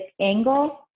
angle